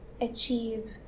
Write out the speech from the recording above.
achieve